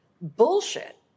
bullshit